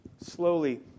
slowly